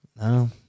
no